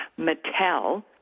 Mattel